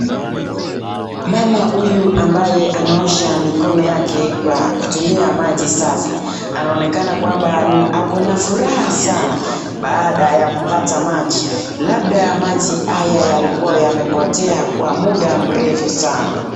Mama huyu ambaye anaosha mikono yake kwa kutumia maji safi anaonekana kwamba akona furaha sana baada ya kupata maji labda maji haya yalikuwa yamepotea kwa muda mrefu sana.